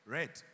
Red